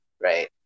right